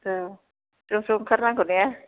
औ ज' ज' ओंखार नांगौ ने